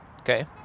okay